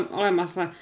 olemassa